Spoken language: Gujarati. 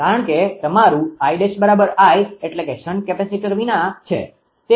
કારણ કે તમારું 𝐼′I શન્ટ કેપેસિટર વિના છે